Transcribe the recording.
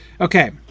Okay